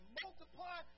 multiply